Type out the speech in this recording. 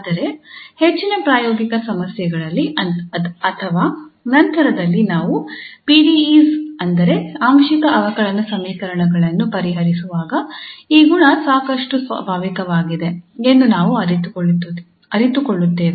ಆದರೆ ಹೆಚ್ಚಿನ ಪ್ರಾಯೋಗಿಕ ಸಮಸ್ಯೆಗಳಲ್ಲಿ ಅಥವಾ ನಂತರದಲ್ಲಿ ನಾವು PDEs ಅಂದರೆ ಆಂಶಿಕ ಅವಕಲನ ಸಮೀಕರಣಗಳನ್ನು ಪರಿಹರಿಸುವಾಗ ಈ ಗುಣ ಸಾಕಷ್ಟು ಸ್ವಾಭಾವಿಕವಾಗಿದೆ ಎಂದು ನಾವು ಅರಿತುಕೊಳ್ಳುತ್ತೇವೆ